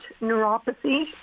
neuropathy